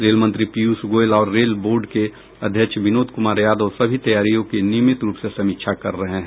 rail मंत्री पीयूष गोयल और rail board के अध्यक्ष विनोद कुमार यादव सभी तैयारियों की नियमित रूप से समीक्षा कर रहे हैं